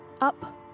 up